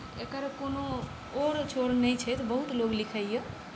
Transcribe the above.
एकर कोनो ओर छोर नहि छथि बहुत लोक लिखैए